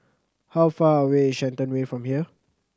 how far away is Shenton Way from here